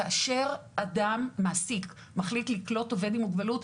כאשר אדם מעסיק מחליט לקלוט עובד עם מוגבלות,